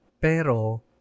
Pero